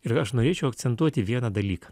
ir aš norėčiau akcentuoti vieną dalyką